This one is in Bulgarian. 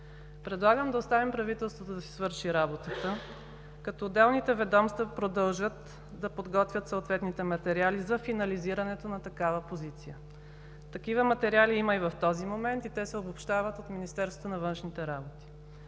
Предлагам да оставим правителството да си свърши работата, като отделните ведомства продължат да подготвят съответните материали за финализирането на такава позиция. Такива материали има и в този момент, и те се обобщават от Министерството на външните работи.